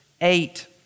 eight